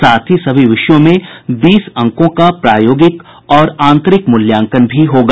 साथ ही सभी विषयों में बीस अंकों का प्रायोगिक और आंतरिक मूल्यांकन भी होगा